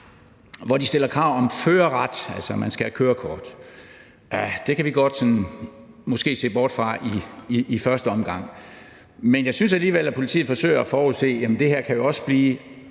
Rigspolitiet – om førerret, man skal altså have kørekort. Det kan vi godt se bort fra i første omgang. Men jeg synes alligevel, at politiet forsøger at forudse, at det her jo også kan blive